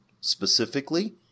specifically